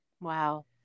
Wow